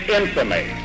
infamy